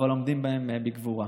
אבל עומדים בה בגבורה.